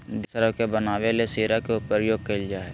देसी शराब के बनावे ले शीरा के प्रयोग कइल जा हइ